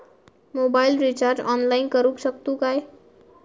Mobile recharge online करुक शकतू काय?